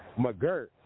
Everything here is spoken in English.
McGirt